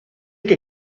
que